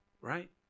Right